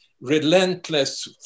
relentless